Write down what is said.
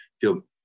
feel